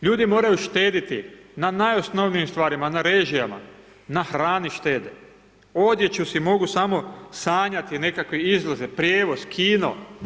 Ljudi moraju štedjeti na najosnovnijim stvarima, na režijama, na hrani štede, odjeću si mogu samo sanjati, nekakve izlaze, prijevoz, kino.